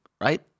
right